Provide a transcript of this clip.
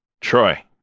troy